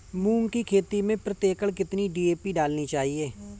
मूंग की खेती में प्रति एकड़ कितनी डी.ए.पी डालनी चाहिए?